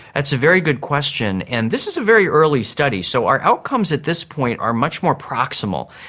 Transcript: that's a very good question, and this is a very early study, so our outcomes at this point are much more proximal.